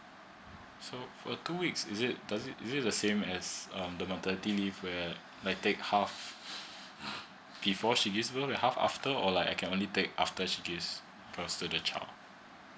so for two weeks is it does it is it the same as um the maternity leave where I take half before she give birth half after or like I can only take after she give birth to the child